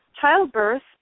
childbirth